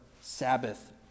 Sabbath